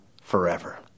forever